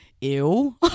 ew